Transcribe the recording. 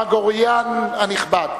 מר גרויִאן הנכבד,